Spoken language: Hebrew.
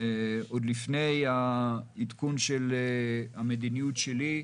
עוד לפני העדכון של המדיניות שלי,